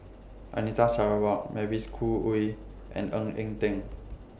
Anita Sarawak Mavis Khoo Oei and Ng Eng Teng